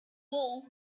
wool